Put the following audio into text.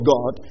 God